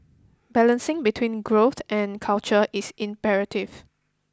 balancing between growth and culture is imperative